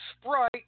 Sprite